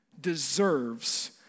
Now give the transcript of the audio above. deserves